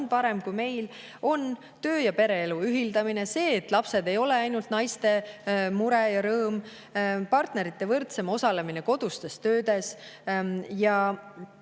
parem kui meil – töö‑ ja pereelu ühildamine; see, et lapsed ei ole ainult naiste mure ja rõõm; partnerite võrdsem osalemine kodustes töödes ja